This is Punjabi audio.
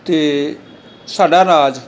ਅਤੇ ਸਾਡਾ ਰਾਜ